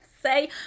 say